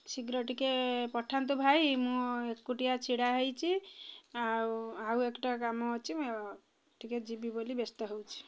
ଶୀଘ୍ର ଟିକିଏ ପଠାନ୍ତୁ ଭାଇ ମୁଁ ଏକୁଟିଆ ଛିଡ଼ା ହୋଇଛି ଆଉ ଆଉ ଏକଟା କାମ ଅଛି ମୁଁ ଟିକିଏ ଯିବି ବୋଲି ବ୍ୟସ୍ତ ହେଉଛି